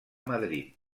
madrid